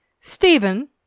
Stephen